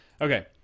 Okay